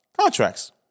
contracts